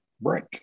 break